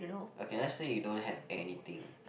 okay let say you don't have anything